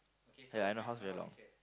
ya I know house very long